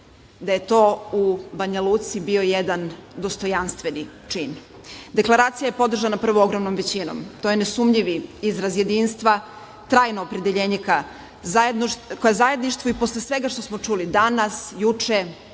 da je to u Banja Luci bio jedan dostojanstveni čin. Deklaracija je podržana ogromnom većinom. To je nesumnjivi izraz jedinstva, trajno opredeljenje kao zajedništvu i posle svega što smo čuli danas, juče